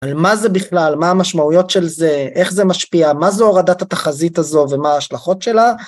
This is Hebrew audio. על מה זה בכלל מה המשמעויות של זה איך זה משפיע מה זה הורדת התחזית הזו ומה ההשלכות שלה